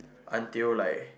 until like